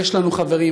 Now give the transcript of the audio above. יש לנו חברים,